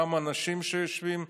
גם אנשים שיושבים,